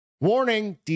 Warning